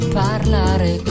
parlare